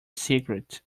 secret